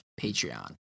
Patreon